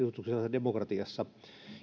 demokratiassa